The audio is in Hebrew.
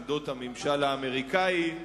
עמדות הממשל האמריקני,